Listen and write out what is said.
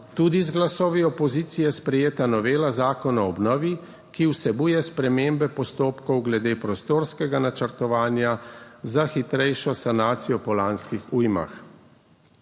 tudi z glasovi opozicije, sprejeta novela Zakona o obnovi, ki vsebuje spremembe postopkov glede prostorskega načrtovanja za hitrejšo sanacijo po lanskih ujmah.